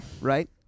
right